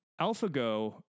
AlphaGo